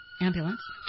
ambulance